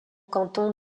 canton